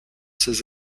ses